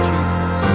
Jesus